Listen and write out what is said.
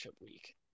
week